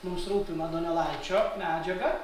mums rūpimą donelaičio medžiagą